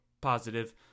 positive